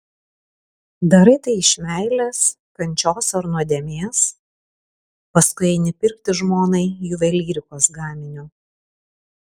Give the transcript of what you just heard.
darai tai iš meilės kančios ar nuodėmės paskui eini pirkti žmonai juvelyrikos gaminio